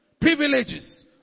privileges